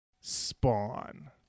Spawn